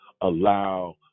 allow